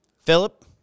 Philip